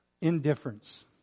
Indifference